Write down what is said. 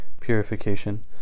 purification